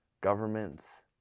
governments